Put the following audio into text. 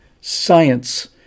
science